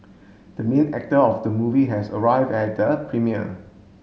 the main actor of the movie has arrived at the premiere